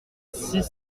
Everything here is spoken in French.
six